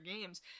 games